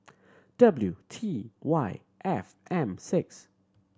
W T Y F M six